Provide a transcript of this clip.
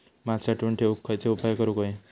भात साठवून ठेवूक खयचे उपाय करूक व्हये?